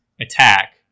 attack